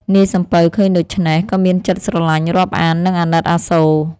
នាយសំពៅឃើញដូច្នេះ ក៏មានចិត្តស្រលាញ់រាប់អាន និងអាណិតអាសូរ។